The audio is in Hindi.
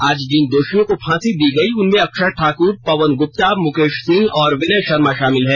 आज जिन दोषियों को फांसी दी गई उनमें अक्षय ठाकुर पवन गुप्ता मुकेष सिंह और विनय शर्मा शामिल हैं